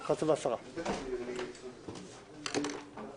יש לנו כאן פתרון שאומר שלא כל פעם כשיש אחוז אבטלה